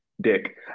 dick